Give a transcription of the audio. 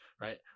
right